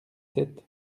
sept